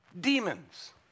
Demons